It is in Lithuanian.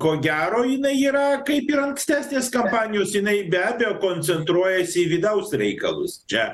ko gero jinai yra kaip ir ankstesnės kampanijos jinai be abejo koncentruojasi į vidaus reikalus čia